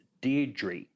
Deirdre